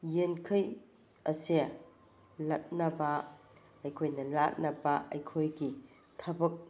ꯌꯦꯟꯈꯩ ꯑꯁꯦ ꯂꯛꯅꯕ ꯑꯩꯈꯣꯏꯅ ꯂꯥꯠꯅꯕ ꯑꯩꯈꯣꯏꯒꯤ ꯊꯕꯛ